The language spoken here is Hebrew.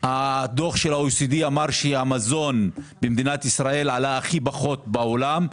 הדוח של ה- OECDאמר שהמזון במדינת ישראל עלה הכי פחות בעולם,